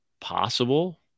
possible